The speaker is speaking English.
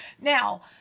Now